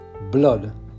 blood